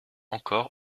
encore